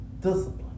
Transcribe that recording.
discipline